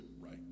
right